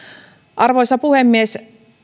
arvoisa puhemies